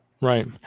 Right